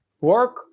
work